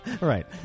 right